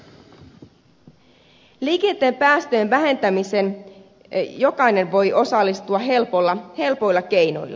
liikenteen päästöjen vähentämiseen jokainen voi osallistua helpoilla keinoilla